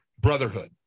brotherhood